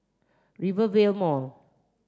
Rivervale Mall